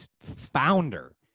founder